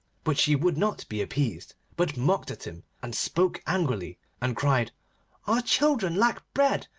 but she would not be appeased, but mocked at him, and spoke angrily, and cried our children lack bread,